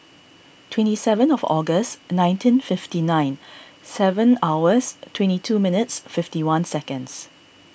twenty seven of August nineteen fifty nine seven hours twenty two minutes fifty one seconds